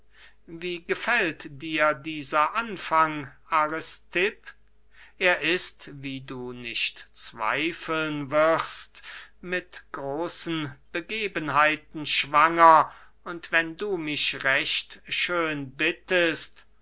wie gefällt dir dieser anfang aristipp er ist wie du nicht zweifeln wirst mit großen begebenheiten schwanger und wenn du mich recht schön bittest